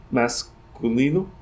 masculino